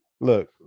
Look